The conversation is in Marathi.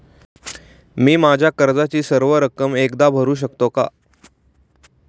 मी माझ्या कर्जाची सर्व रक्कम एकदा भरू शकतो का?